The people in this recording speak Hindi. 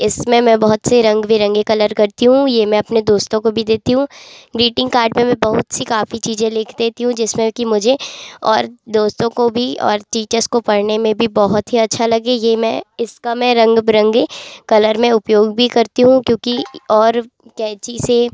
इसमें मैं बहुत से रंग बिरंगे कलर करती हूँ ये मैं अपने दोस्तों को भी देती हूँ ग्रीटिंग कार्ड पे में बहुत सी काफ़ी चीज़ें लिख देती हूँ जिसमें कि मुझे और दोस्तों को भी और टीचर्स को पढ़ने में भी बहुत ही अच्छा लगे ये मैं इसका मैं रंग बिरंगे कलर में उपयोग भी करती हूँ क्योंकि और कैंची से